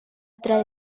otra